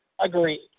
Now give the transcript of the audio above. Agreed